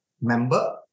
member